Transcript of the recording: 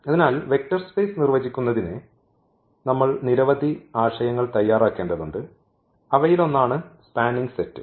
അതിനാൽ vector space നിർവ്വചിക്കുന്നതിന് നമ്മൾ നിരവധി ആശയങ്ങൾ തയ്യാറാക്കേണ്ടതുണ്ട് അവയിലൊന്നാണ് സ്പാനിംഗ് സെറ്റ്